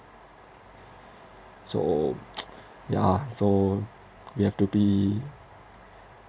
so yeah so you have to be